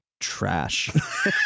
trash